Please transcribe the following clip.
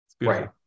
Right